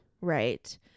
Right